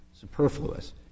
superfluous